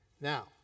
Now